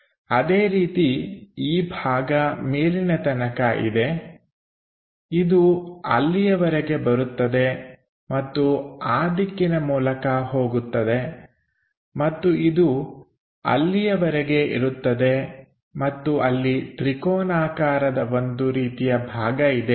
ಅದೇ ರೀತಿ ಈ ಭಾಗ ಮೇಲಿನ ತನಕ ಇದೆ ಇದು ಅಲ್ಲಿಯವರೆಗೆ ಬರುತ್ತದೆ ಮತ್ತು ಆ ದಿಕ್ಕಿನ ಮೂಲಕ ಹೋಗುತ್ತದೆ ಮತ್ತು ಇದು ಅಲ್ಲಿಯವರೆಗೆ ಇರುತ್ತದೆ ಮತ್ತು ಅಲ್ಲಿ ತ್ರಿಕೋನಾಕಾರದ ಒಂದು ರೀತಿಯ ಭಾಗ ಇದೆ